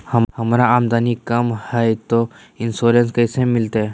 हमर आमदनी कम हय, तो इंसोरेंसबा कैसे मिलते?